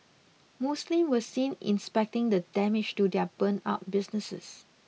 Muslims were seen inspecting the damage to their burnt out businesses